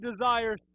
desires